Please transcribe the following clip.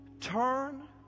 Turn